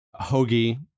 Hoagie